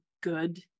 good